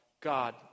God